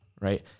right